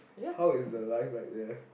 how is the life like there